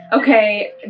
okay